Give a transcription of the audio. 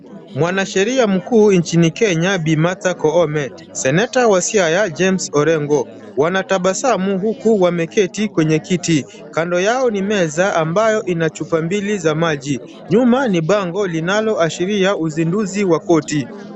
Mwanasheria mkuu nchini Kenya, Bi. Martha Koome, seneta wa Siaya, James Orengo. Wanatabasamu huku wameketi kwenye kiti. Kando yao ni meza ambayo ina chupa mbili za maji. Nyuma ni bango linalo ashiria uzinduzi wa koti.